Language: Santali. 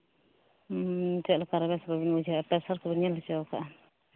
ᱪᱮᱫᱞᱮᱠᱟ ᱨᱮ ᱵᱮᱥ ᱵᱟᱵᱤᱱ ᱵᱩᱡᱷᱟᱹᱣᱮᱜᱼᱟ ᱯᱮᱥᱟᱨ ᱠᱚᱵᱤᱱ ᱧᱮᱞ ᱦᱚᱪᱚᱣᱟᱠᱟᱜᱼᱟ